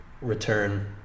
return